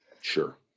sure